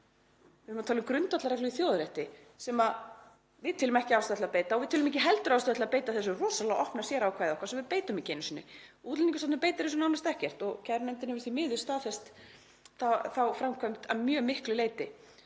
Við erum að tala um grundvallarreglu í þjóðarrétti sem við teljum ekki ástæðu til að beita og við teljum ekki heldur ástæðu til að beita þessu rosalega opna sérákvæði okkar sem við beitum ekki einu sinni. Útlendingastofnun beitir þessu nánast ekkert og kærunefndin hefur því miður staðfest þá framkvæmd að mjög miklu leyti.